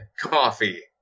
Coffee